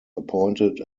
appointed